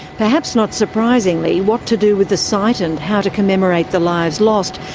perhaps not surprisingly, what to do with the site and how to commemorate the lives lost,